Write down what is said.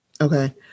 Okay